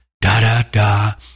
da-da-da